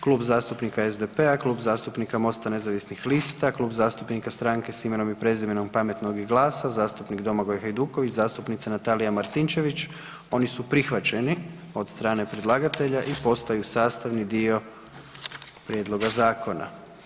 Klub zastupnika SDP-a, Klub zastupnika MOST-a nezavisnih lista, Klub zastupnika Stranke s imenom i prezimenom, Pametnog i GLAS-a, zastupnik Domagoj Hajduković, zastupnica Natalija Martinčević, oni su prihvaćeni od strane predlagatelja i postaju sastavni dio prijedloga zakona.